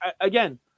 Again